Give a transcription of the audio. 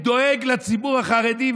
הוא דואג לציבור החרדי,